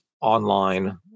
online